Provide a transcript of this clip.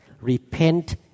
Repent